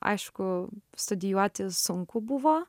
aišku studijuoti sunku buvo